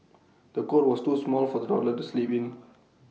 the cot was too small for the toddler to sleep in